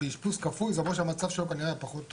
מהשב"ס ולהעביר אותו למשרד הבריאות שיש לו יותר כלים ויותר תקציב.